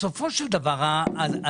בסופו של דבר הזעם,